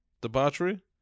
Debauchery